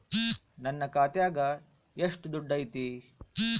ನನ್ನ ಖಾತ್ಯಾಗ ಎಷ್ಟು ದುಡ್ಡು ಐತಿ?